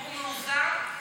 והוא מאוזן,